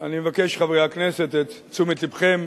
אני מבקש, חברי הכנסת, את תשומת לבכם